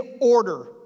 order